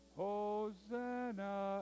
hosanna